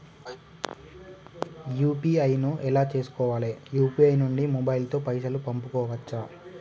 UPI ను ఎలా చేస్కోవాలి యూ.పీ.ఐ నుండి మొబైల్ తో పైసల్ పంపుకోవచ్చా?